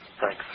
Thanks